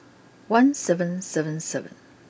one seven seven seven